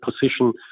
position